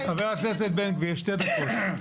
חבר הכנסת בן גביר, שתי דקות.